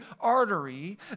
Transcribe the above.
artery